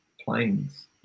planes